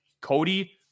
Cody